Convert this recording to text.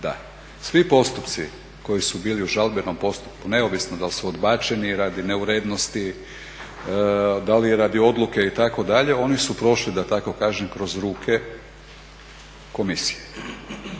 Svi postupci koji su bili u žalbenom postupku neovisno dal su odbačeni radi neurednosti, da li je radi odluke itd. oni su prošli da tako kažem kroz ruke komisije.